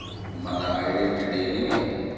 మన ఐడెంటిటీని